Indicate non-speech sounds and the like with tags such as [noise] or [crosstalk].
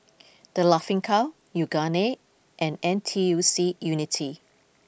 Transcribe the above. [noise] The Laughing Cow Yoogane and N T U C Unity